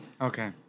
Okay